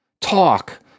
talk